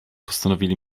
postanowili